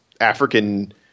African